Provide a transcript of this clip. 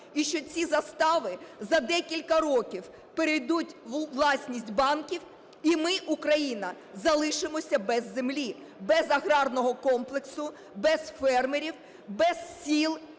і що ці застави за декілька років перейдуть у власність банків, і ми, Україна, залишимося без землі, без аграрного комплексу, без фермерів, без сіл